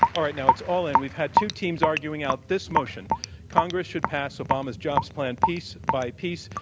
all right, now, it's all in. we've had two teams arguing out this motion congress should pass obama's jobs plan piece by piece.